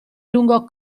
lungo